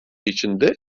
içinde